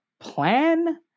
plan